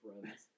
friends